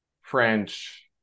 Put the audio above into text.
French